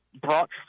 brought